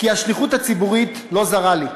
כי השליחות הציבורית לא זרה לי.